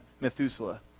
Methuselah